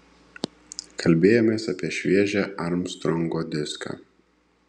kalbėjomės apie šviežią armstrongo diską